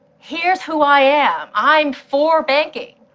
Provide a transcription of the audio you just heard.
here's who i am, i am for banking.